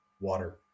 water